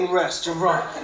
restaurant